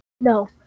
No